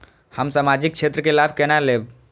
हम सामाजिक क्षेत्र के लाभ केना लैब?